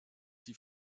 die